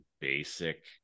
basic